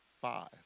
five